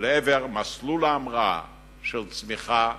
לעבר מסלול ההמראה של צמיחה מחודשת.